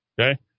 Okay